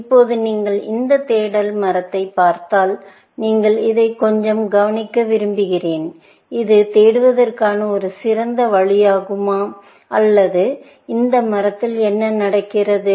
இப்போது நீங்கள் இந்த தேடல் மரத்தைப் பார்த்தால் நீங்கள் இதைப் கொஞ்சம் கவனிக்க விரும்புகிறேன் இது தேடுவதற்கான ஒரு சிறந்த வழியாகுமா அல்லது இந்த மரத்தில் என்ன நடக்கிறது